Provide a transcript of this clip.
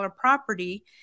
property